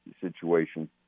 situation